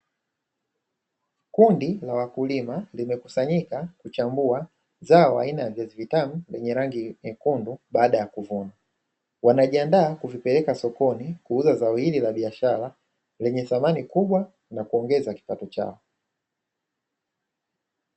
Kundi la wakulima limekusanyika kuchambua zao aina ya viazi vitamu vyenye rangi nyekundu, baada ya kuvuna wanajiandaa kuvipeleka sokoni kuuza zao hili la biashara lenye thamani kubwa na kuongeza kipato chao.